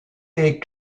est